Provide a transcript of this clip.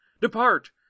Depart